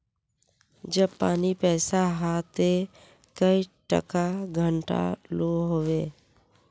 जब पानी पैसा हाँ ते कई टका घंटा लो होबे?